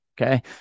okay